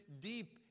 deep